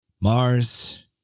Mars